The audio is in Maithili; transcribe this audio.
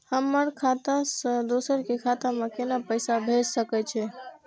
हमर खाता से दोसर के खाता में केना पैसा भेज सके छे?